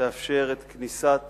תאפשר את כניסת